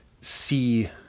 see